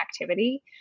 activity